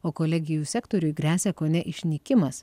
o kolegijų sektoriui gresia kone išnykimas